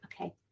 okay